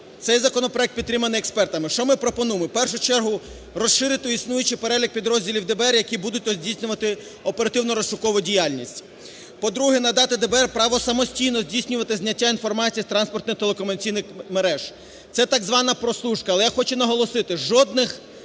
Цей законопроект підтриманий експертами. Що ми пропонуємо? У першу чергу розширити існуючий перелік підрозділів ДБР, які будуть здійснювати оперативно-розшукову діяльність. По-друге, надати ДБР право самостійно здійснювати зняття інформації з транспортних телекомунікаційних мереж, це так звана прослушка. Але я хочу наголосити: жодних